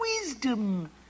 wisdom